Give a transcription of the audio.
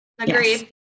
Agreed